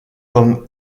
comme